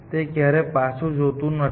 તે ક્યારેય પાછું જોતું નથી